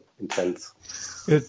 intense